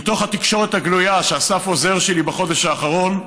מתוך התקשורת הגלויה שאסף עוזר שלי בחודש האחרון,